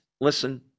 listen